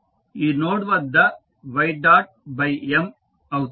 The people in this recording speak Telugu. కాబట్టి ఈ నోడ్ వద్ద y డాట్ బై M అవుతుంది